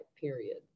period